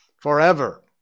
Forever